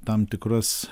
tam tikras